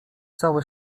całe